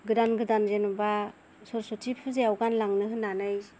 गोदान गोदान जेन'बा सरसति फुजायाव गानलांनो होननानै